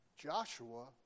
Joshua